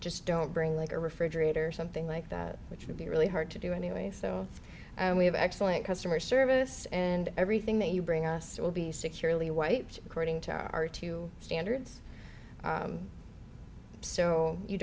just don't bring like a refrigerator something like that which would be really hard to do anyway so we have excellent customer service and everything that you bring us will be securely wiped according to our two standards so you